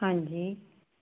ਹਾਂਜੀ